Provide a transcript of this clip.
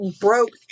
broke